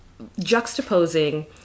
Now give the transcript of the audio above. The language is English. juxtaposing